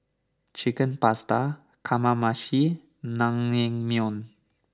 Chicken Pasta Kamameshi Naengmyeon